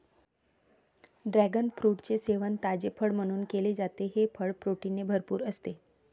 dragon फ्रूटचे सेवन ताजे फळ म्हणून केले जाते, हे फळ प्रोटीनने भरपूर असते